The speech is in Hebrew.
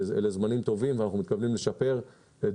אלה זמנים טובים ואנחנו מתכוונים לשפר את